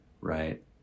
right